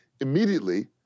immediately